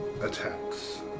attacks